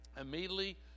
Immediately